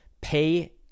Pay